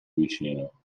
vicino